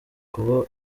kuba